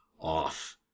off